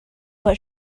but